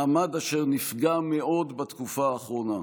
מעמד אשר נפגע מאוד בתקופה האחרונה.